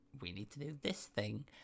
we-need-to-do-this-thing